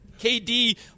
KD